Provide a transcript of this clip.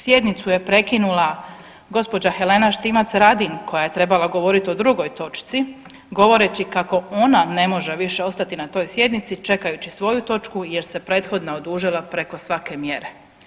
Sjednicu je prekinula gospođa Helena Štimac Radin koja je trebala govoriti o drugoj točci kako ona ne može više ostati na toj sjednici čekajući svoju točku jer se prethodna odužila preko svake mjere.